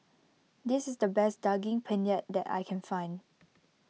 this is the best Daging Penyet that I can find